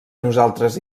nosaltres